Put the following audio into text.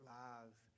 lives